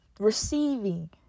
receiving